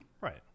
Right